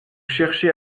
cherchez